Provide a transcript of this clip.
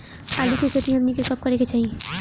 आलू की खेती हमनी के कब करें के चाही?